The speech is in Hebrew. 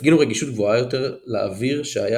הפגינו רגישות גבוהה יותר לאוויר שהיה